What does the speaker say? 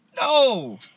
No